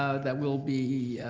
ah that will be